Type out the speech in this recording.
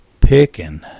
Picking